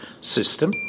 system